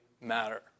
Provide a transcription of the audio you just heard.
matter